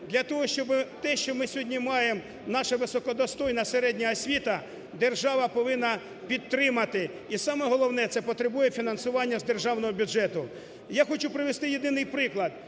для того, щоб те, що ми сьогодні маємо наша високодостойна середня освіта держава повинна підтримати. І саме головне, це потребує фінансування з державного бюджету. Я хочу привести єдиний приклад,